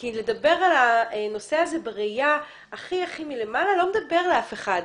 כי לדבר על הנושא הזה בראיה הכי הכי מלמעלה לא מדבר לאף אחד,